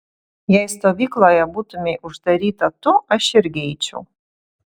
jei stovykloje būtumei uždaryta tu aš irgi eičiau